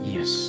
Yes